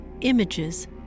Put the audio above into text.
images